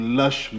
lush